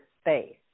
space